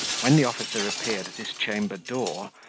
when the officer appeared at his chamber door,